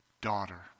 daughter